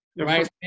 Right